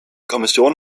kommission